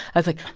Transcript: i was like, you